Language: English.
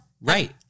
Right